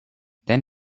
then